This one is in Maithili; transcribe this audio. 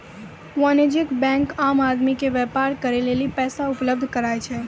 वाणिज्यिक बेंक आम आदमी के व्यापार करे लेली पैसा उपलब्ध कराय छै